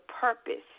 purpose